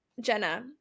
Jenna